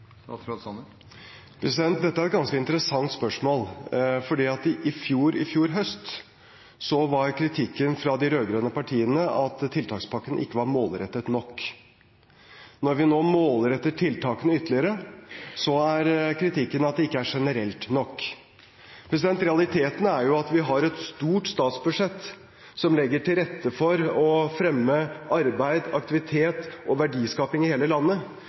Dette er et ganske interessant spørsmål, for i fjor høst var kritikken fra de rød-grønne partiene at tiltakspakken ikke var målrettet nok. Når vi nå målretter tiltakene ytterligere, er kritikken at det ikke er generelt nok. Realiteten er at vi har et stort statsbudsjett som legger til rette for å fremme arbeid, aktivitet og verdiskaping i hele landet,